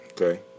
Okay